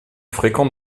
fréquente